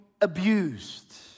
abused